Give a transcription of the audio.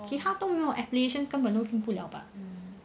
其他都没有 affiliation 根本应该都进不 liao 吧